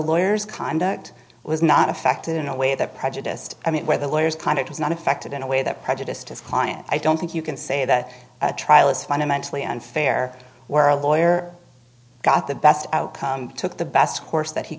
lawyers conduct was not affected in a way that prejudiced i mean where the lawyers kind of was not affected in a way that prejudiced his client i don't think you can say that a trial is fundamentally unfair where a lawyer got the best outcome took the best course that he